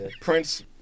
Prince